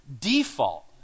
default